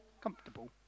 comfortable